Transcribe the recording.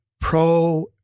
pro